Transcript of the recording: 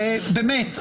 באמת,